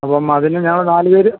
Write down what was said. അപ്പം അതിന് ഞങ്ങൾ നാല് പേര്